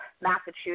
Massachusetts